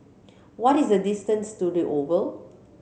what is the distance to The Oval